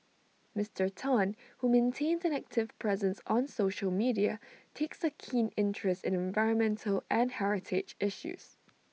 Mister Tan who maintains an active presence on social media takes A keen interest in environmental and heritage issues